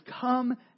come